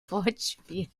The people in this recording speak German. wortspiel